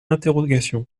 interrogation